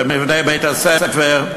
למבנה בית-הספר,